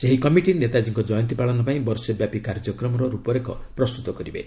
ଏହି କମିଟି ନେତାଜୀଙ୍କ ଜୟନ୍ତୀ ପାଳନ ପାଇଁ ବର୍ଷେ ବ୍ୟାପି କାର୍ଯ୍ୟକ୍ରମର ରୂପରେଖ ପ୍ରସ୍ତୁତ କରିବେ